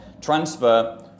transfer